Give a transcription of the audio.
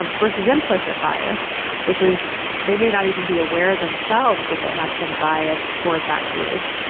um versus implicit bias which is they may not even be aware themselves that they have some bias toward that group,